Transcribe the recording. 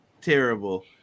Terrible